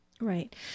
Right